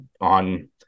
on